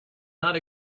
not